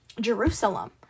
Jerusalem